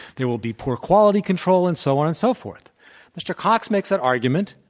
there will be poor quality control and so on and so forth mr. cox makes that argument,